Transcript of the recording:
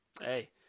Hey